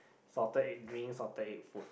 salted egg drinks salted egg food